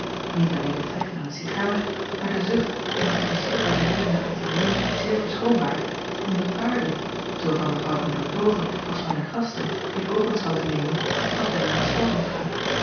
iet alleen de trek naar een cigaar maar de zucht in een officier bij de rijdende artillerie zeer ver acob van ennep laasje evenster delen schoonbaar om de paarden zoo van w an oertoghe als van haar gasten in oogenschouw te nemen had hem naar den stal doen gaan